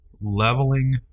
Leveling